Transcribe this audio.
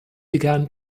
began